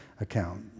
account